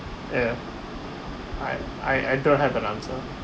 yeah I I I don't have an answer